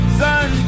sun